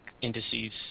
indices